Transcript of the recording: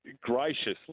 graciously